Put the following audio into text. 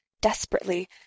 desperately